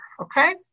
okay